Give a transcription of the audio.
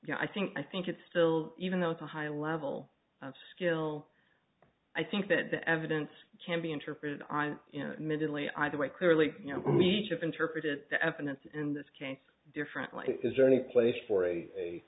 know i think i think it's still even though it's a high level of skill i think that the evidence can be interpreted on middle a either way clearly you know me chip interpreted the evidence in this case differently is there any place for a